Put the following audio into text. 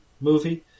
movie